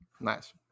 Nice